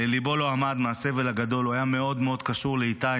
ליבו לא עמד מהסבל הגדול הוא היה מאוד קשור לאיתי,